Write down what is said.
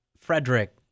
Frederick